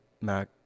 Mac